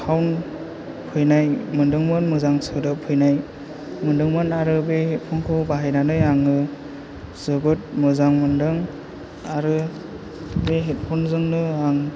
sound फैनाय मोनदोंमोन मोजां सोदोब फैनाय मोनदोंमोन आरो बे हेदफनखौ बाहायनानै आङो जोबोर मोजां मोनदों आरो बे हेदफनजोंनो आं